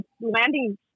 landing